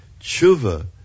Tshuva